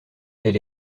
elle